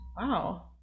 Wow